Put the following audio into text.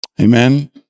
Amen